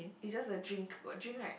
it's just a drink got drink right